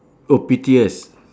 oh pettiest